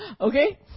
Okay